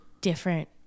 different